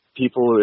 people